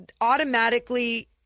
automatically